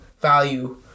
value